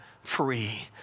free